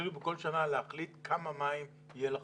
שיכולים בכל שנה להחליט כמה מים יהיה לחקלאות.